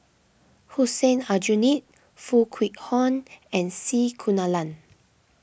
Hussein Aljunied Foo Kwee Horng and C Kunalan